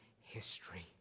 history